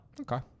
Okay